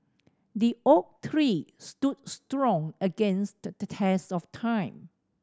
the oak tree stood strong against the test of time